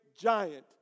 giant